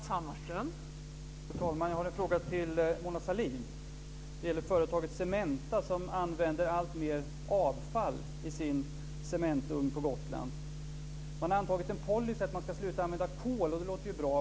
Fru talman! Jag har en fråga till Mona Sahlin. Det gäller företaget Cementa, som använder alltmer avfall i sin cementugn på Gotland. Man har antagit en policy att man ska sluta använda kol, och det låter ju bra.